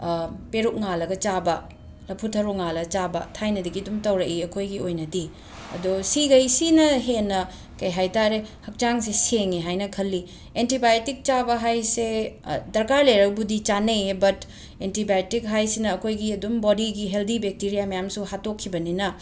ꯄꯦꯔꯨꯛ ꯉꯥꯜꯂꯒ ꯆꯥꯕ ꯂꯐꯨꯊꯔꯣ ꯉꯥꯜꯂꯒ ꯆꯥꯕ ꯊꯥꯏꯅꯗꯒꯤ ꯑꯗꯨꯝ ꯇꯧꯔꯛꯏ ꯑꯩꯈꯣꯏꯒꯤ ꯑꯣꯏꯅꯗꯤ ꯑꯗꯣ ꯁꯤꯈꯩ ꯁꯤꯅ ꯍꯦꯟꯅ ꯀꯩ ꯍꯥꯏ ꯇꯥꯔꯦ ꯍꯛꯆꯥꯡꯁꯦ ꯁꯦꯡꯉꯦ ꯍꯥꯏꯅ ꯈꯜꯂꯤ ꯑꯦꯟꯇꯤꯕꯥꯏꯌꯇꯤꯛ ꯆꯥꯕ ꯍꯥꯏꯁꯦ ꯗꯔꯀꯥꯔ ꯂꯩꯔꯕꯨꯗꯤ ꯆꯥꯅꯩꯌꯦ ꯕꯠ ꯑꯦꯟꯇꯤꯕꯥꯏꯌꯇꯤꯛ ꯍꯥꯏꯁꯤꯅ ꯑꯩꯈꯣꯏꯒꯤ ꯑꯗꯨꯝ ꯕꯣꯗꯤꯒꯤ ꯍꯦꯜꯗꯤ ꯕꯦꯛꯇꯤꯔꯤꯌꯥ ꯃꯌꯥꯝꯁꯨ ꯍꯥꯠꯇꯣꯛꯈꯤꯕꯅꯤꯅ